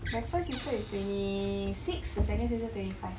the first sister is twenty six the second sister is twenty five